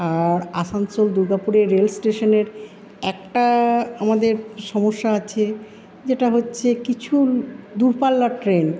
আর আসানসোল দুর্গাপুরে রেল স্টেশনের একটা আমাদের সমস্যা আছে যেটা হচ্ছে কিছু দূরপাল্লার ট্রেন